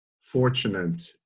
fortunate